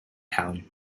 town